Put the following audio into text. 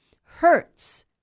hurts